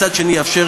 מצד שני יאפשר